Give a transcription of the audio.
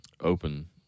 open